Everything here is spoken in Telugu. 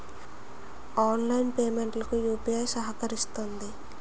ఆన్లైన్ పేమెంట్ లకు యూపీఐ సహకరిస్తుంది